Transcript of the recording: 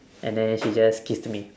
and then she just kissed me